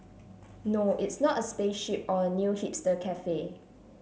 no it's not a spaceship or a new hipster cafe